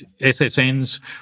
SSNs